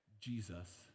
Jesus